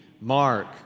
mark